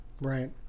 Right